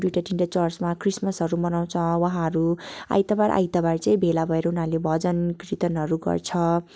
अन्त दुईवटा तिनवटा चर्चमा क्रिसमसहरू मनाउँछ उहाँहरू आइतवार आइतवार चाहिँ भेला भएर उनीहरूले भजन कृतनहरू गर्छ